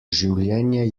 življenje